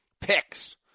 Picks